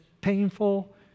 painful